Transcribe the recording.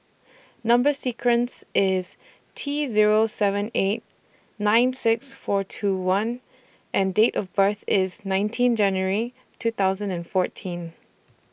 Number sequence IS T Zero seven eight nine six four two one and Date of birth IS nineteen January two thousand and fourteen